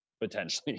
potentially